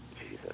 Jesus